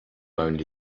only